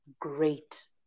great